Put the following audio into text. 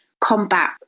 combat